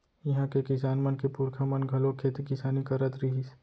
इहां के किसान मन के पूरखा मन घलोक खेती किसानी करत रिहिस